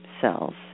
cells